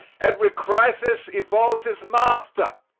every crisis evolves its master.